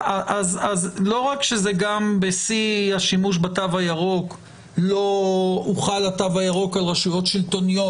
לא רק שבשיא השימוש בתו הירוק לא הוחל התו הירוק על רשויות שלטוניות,